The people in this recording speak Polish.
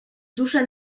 dusze